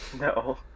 No